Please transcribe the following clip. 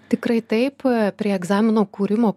tikrai taip prie egzamino kūrimo